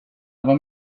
vad